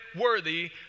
worthy